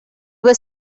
were